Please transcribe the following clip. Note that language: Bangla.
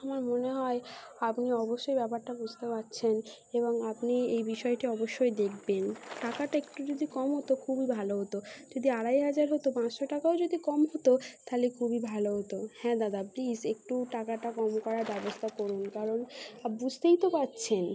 আমার মনে হয় আপনি অবশ্যই ব্যাপারটা বুঝতে পারছেন এবং আপনি এই বিষয়টি অবশ্যই দেখবেন টাকাটা একটু যদি কম হতো খুবই ভালো হতো যদি আড়াই হাজার হতো পাঁচশো টাকাও যদি কম হতো তাহলে খুবই ভালো হতো হ্যাঁ দাদা প্লিজ একটু টাকাটা কম করার ব্যবস্থা করুন কারণ বুঝতেই তো পারছেন